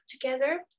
together